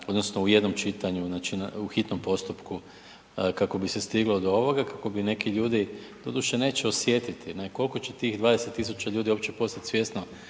odnosno u jednom čitanju, znači i u hitnom postupku kako bi se stiglo do ovoga, kako bi neki ljudi, doduše neće osjetiti, ne. Koliko će tih 20 tisuća ljudi uopće postati svjesno